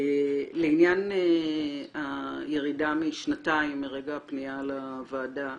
לעניין הירידה משנתיים מרגע הפנייה לוועדה,